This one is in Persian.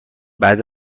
بعد